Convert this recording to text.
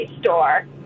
store